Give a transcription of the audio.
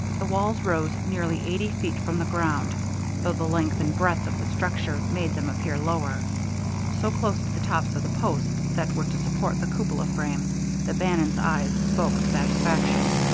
the walls rose nearly eighty feet from the ground though the length and breadth of the structure made them appear lower so close to the tops of the posts that were to support the cupola frame that bannon's eyes spoke of satisfaction.